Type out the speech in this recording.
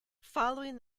following